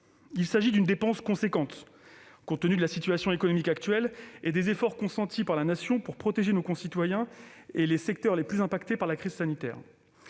Il s'agit d'une dépense conséquente, compte tenu de la situation économique actuelle et des efforts consentis par la Nation pour protéger nos concitoyens et les secteurs les plus impactés par la crise sanitaire.